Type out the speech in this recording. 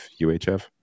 UHF